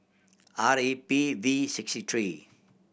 R E P V six three